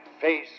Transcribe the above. face